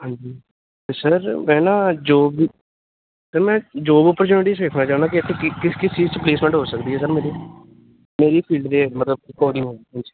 ਹਾਂਜੀ ਅਤੇ ਸਰ ਮੈਂ ਨਾ ਜੋਬ ਵੀ ਸਰ ਮੈਂ ਜੋਬ ਓਪਚੂਨਿਟੀਸ ਵੇਖਣਾ ਚਾਹੁੰਦਾ ਕਿ ਇੱਥੇ ਕਿ ਕਿਸ ਕਿਸ ਚੀਜ਼ 'ਚ ਪਲੇਸਮੈਂਟ ਹੋ ਸਕਦੀ ਹੈ ਸਰ ਮੇਰੀ ਮੇਰੀ ਫੀਲਡ ਦੇ ਮਤਲਬ ਅਕੋਰਡਿੰਗ ਹੋਵੇ ਹਾਂਜੀ